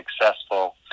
successful